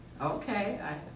Okay